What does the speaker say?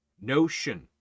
notion